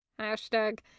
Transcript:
Hashtag